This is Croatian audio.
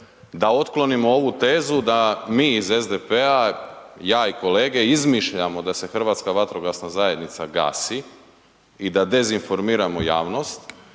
da otklonimo ovu tezu da mi iz SDP-a, ja i kolege izmišljamo da se Hrvatska vatrogasna zajednica gasi i da dezinformiramo javnost,